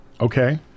Okay